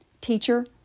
Teacher